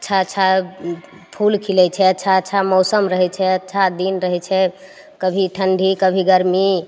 अच्छा अच्छा फूल खिलय छै अच्छा अच्छा मौसम रहय छै अच्छा दिन रहय छै कभी ठण्डी कभी गर्मी